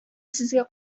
сезгә